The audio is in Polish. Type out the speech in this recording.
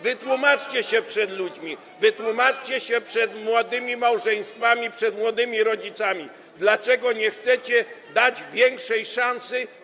Wytłumaczcie się przed ludźmi, wytłumaczcie się przed młodymi małżeństwami, przed młodymi rodzicami, dlaczego nie chcecie dać większej szansy.